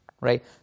right